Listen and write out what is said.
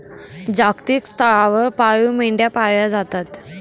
जागतिक स्तरावर पाळीव मेंढ्या पाळल्या जातात